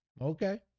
Okay